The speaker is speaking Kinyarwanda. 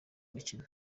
mukino